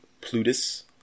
Plutus